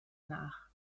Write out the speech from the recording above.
nach